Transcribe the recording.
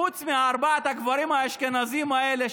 חוץ מארבעת הגברים האשכנזים האלה,